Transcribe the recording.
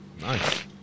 Nice